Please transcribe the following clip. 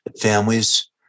families